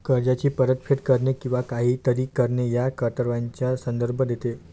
कर्जाची परतफेड करणे किंवा काहीतरी करणे या कर्तव्याचा संदर्भ देते